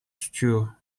stew